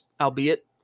albeit